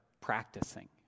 practicing